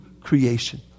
creation